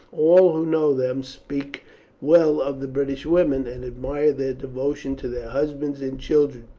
all who know them speak well of the british women, and admire their devotion to their husbands and children,